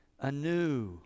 anew